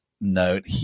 note